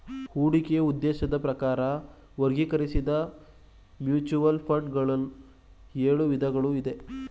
ಹೂಡಿಕೆಯ ಉದ್ದೇಶದ ಪ್ರಕಾರ ವರ್ಗೀಕರಿಸಿದ್ದ ಮ್ಯೂಚುವಲ್ ಫಂಡ್ ಗಳು ಎಳು ವಿಧಗಳು ಇದೆ